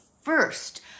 first